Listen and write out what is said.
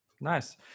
nice